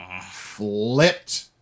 flipped